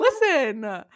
Listen